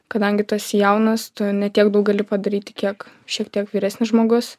kadangi tu esi jaunas tu ne tiek daug gali padaryti kiek šiek tiek vyresnis žmogus